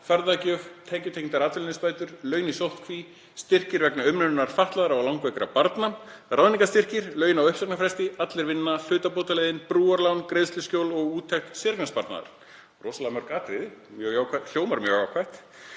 ferðagjöf, tekjutengdar atvinnuleysisbætur, laun í sóttkví, styrkir vegna umönnunar fatlaðra og langveikra barna, ráðningarstyrkir, laun á uppsagnarfresti, Allir vinna, hlutabótaleiðin, brúarlán, greiðsluskjól og úttekt séreignarsparnaðar. Rosalega mörg atriði, hljómar mjög jákvætt.